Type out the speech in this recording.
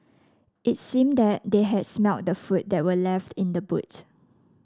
it seemed that they had smelt the food that were left in the boot